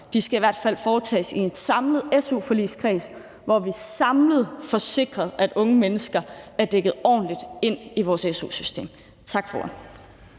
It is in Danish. skal i hvert fald foretages i en samlet su-forligskreds, hvor vi samlet får sikret, at unge mennesker er dækket ordentligt ind i vores su-system. Tak for